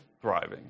thriving